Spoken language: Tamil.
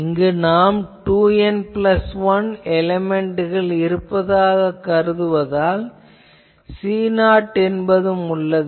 இங்கு நாம் 2N ப்ளஸ் 1 எலேமென்ட்கள் இருப்பதாகக் கருதுவதால் C0 என்பதும் உள்ளது